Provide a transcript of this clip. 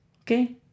okay